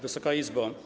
Wysoka Izbo!